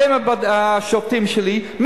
אתם השופטים שלי,